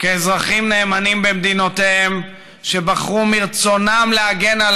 כאזרחים נאמנים במדינותיהם שבחרו מרצונם להגן על